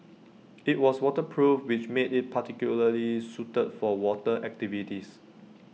IT was waterproof which made IT particularly suited for water activities